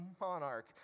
monarch